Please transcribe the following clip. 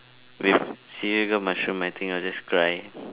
with seeragam mushroom I think I'll just cry